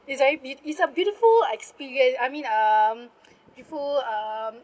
it's very it's a beautiful experience I mean um beautiful um